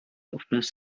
wythnos